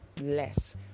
less